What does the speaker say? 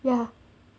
ya